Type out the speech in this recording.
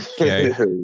okay